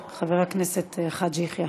תודה רבה, חבר הכנסת חאג' יחיא.